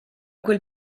quel